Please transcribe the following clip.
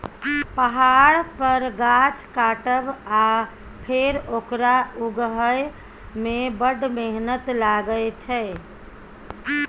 पहाड़ पर गाछ काटब आ फेर ओकरा उगहय मे बड़ मेहनत लागय छै